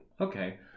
okay